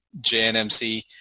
JNMC